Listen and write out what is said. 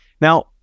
Now